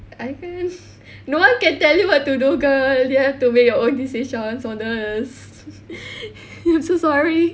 I can't no one can tell you what to do girl you have to make your own decisions honest I'm so sorry